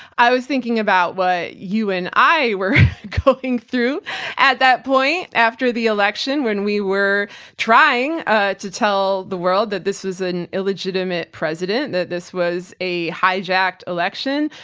i was thinking about what you and i were going through at that point after the election, when we were trying ah to tell the world that this was an illegitimate president, that this was a hijacked election,